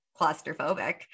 claustrophobic